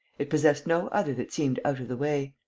it possessed no other that seemed out of the way.